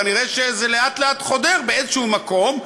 ונראה שזה לאט-לאט חודר לאיזשהו מקום,